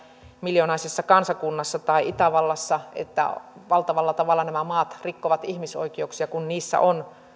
miljoonaisessa kansakunnassa tai itävallassa että valtavalla tavalla nämä maat rikkovat ihmisoikeuksia kun niissä on